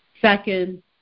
Second